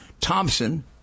Thompson